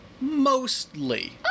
Mostly